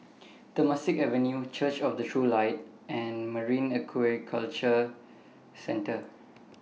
Temasek Avenue Church of The True Light and Marine Aquaculture Centre